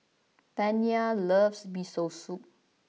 Taniya loves Miso Soup